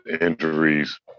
injuries